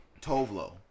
Tovlo